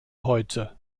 heute